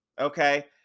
okay